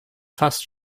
fast